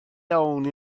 iawn